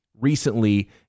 recently